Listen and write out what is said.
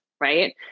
right